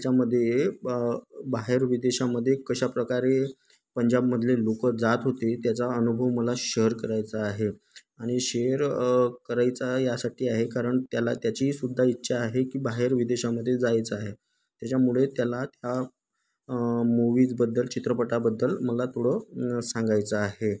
त्याच्यामध्ये बाहेर विदेशामध्ये कशाप्रकारे पंजाबमधले लोकं जात होते त्याचा अनुभव मला शेअर करायचा आहे आणि शेअर करायचा यासाठी आहे कारण त्याला त्याचीसुद्धा इच्छा आहे की बाहेर विदेशामध्ये जायचं आहे त्याच्यामुळे त्याला त्या मूव्हीजबद्दल चित्रपटाबद्दल मला थोडं सांगायचं आहे